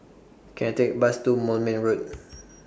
Can I Take A Bus to Moulmein Road